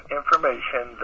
information